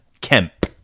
Kemp